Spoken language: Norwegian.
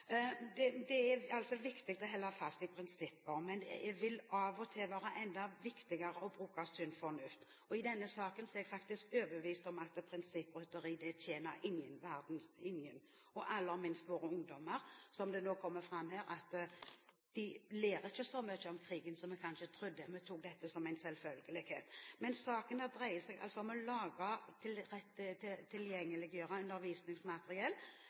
Det er viktig å holde fast i prinsipper, men av og til vil det være enda viktigere å bruke sunn fornuft. I denne saken er jeg overbevist om at prinsipprytteri tjener ingen, og aller minst våre ungdommer. Som det nå kommer fram her, lærer de ikke så mye om krigen som vi kanskje trodde. Vi tok dette som en selvfølgelighet. Denne saken dreier seg om å